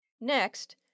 Next